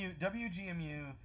WGMU